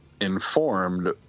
informed